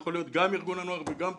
יכול להיות גם ארגון וגם תנועה.